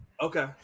Okay